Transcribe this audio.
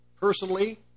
personally